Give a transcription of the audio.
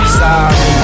sorry